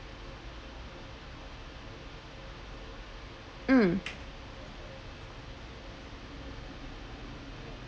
mm